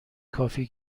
کافی